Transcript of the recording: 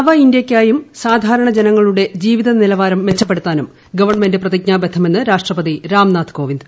നവ ഇന്തൃയ്ക്കായും സാധാരണ ജനങ്ങളുടെ ജീവിത നിലവാരം മെച്ചപ്പെടുത്താനും ഗവൺമെന്റ് പ്രതിജ്ഞാബദ്ധമെന്ന് രാഷ്ട്രപതി രാംനാഥ് കോവിന്ദ്